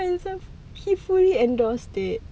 haizat he fully endorsed it